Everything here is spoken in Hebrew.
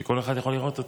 שכל אחד יכול לראות אותן?